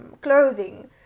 clothing